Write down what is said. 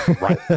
right